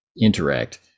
interact